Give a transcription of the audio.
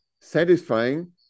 satisfying